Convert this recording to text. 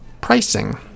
pricing